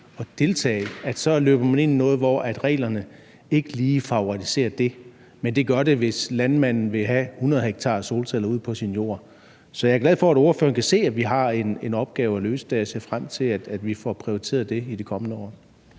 deltage, så løber man ind i noget, hvor reglerne ikke lige favoriserer det. Men det gør de, hvis landmanden vil have 100 ha med solceller ude på sin jord. Så jeg er glad for, at ordføreren kan se, at vi har en opgave at løse der, og jeg ser frem til, at vi får prioriteret det i de kommende år.